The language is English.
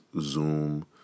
zoom